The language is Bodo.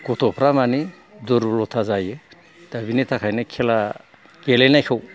गथ'फ्रा मानि दुरबलथा जायो दा बेनि थाखायनो खेला गेलेनायखौ